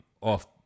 off